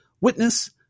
Witness